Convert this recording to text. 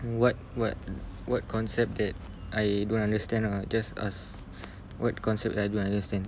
what what what concept that I don't understand ah just ask what concept I don't understand